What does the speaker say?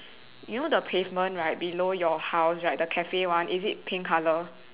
you know the pavement right below your house right the cafe one is it pink colour